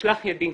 משלח ידי,